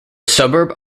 suburb